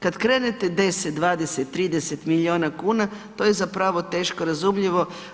Kad krenete 10, 20, 30 milijuna kuna, to je zapravo teško razumljivo.